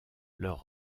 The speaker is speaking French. leur